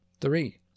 Three